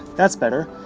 that's better!